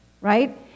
right